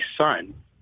son